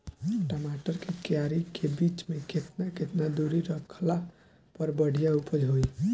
टमाटर के क्यारी के बीच मे केतना केतना दूरी रखला पर बढ़िया उपज होई?